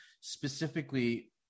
specifically